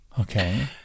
Okay